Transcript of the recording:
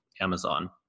Amazon